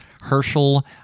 Herschel